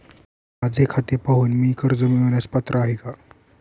माझे खाते पाहून मी कर्ज मिळवण्यास पात्र आहे काय?